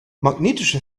magnetische